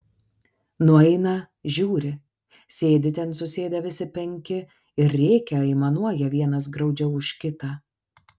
nueina žiūri sėdi ten susėdę visi penki ir rėkia aimanuoja vienas graudžiau už kitą